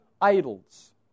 idols